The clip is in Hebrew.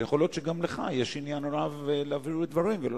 ויכול להיות שגם לך יש עניין רב להבהיר דברים ולא